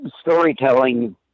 storytelling